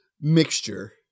mixture